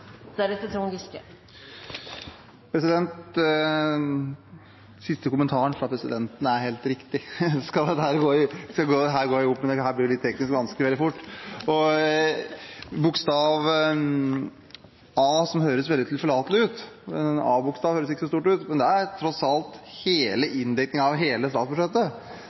siste kommentaren fra presidenten er helt riktig, skal dette gå ihop. Dette blir jo teknisk vanskelig veldig fort. Bokstav A, som høres veldig tilforlatelig ut, er tross alt hele inndekningen av hele statsbudsjettet. Det er